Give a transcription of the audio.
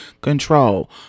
control